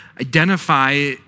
identify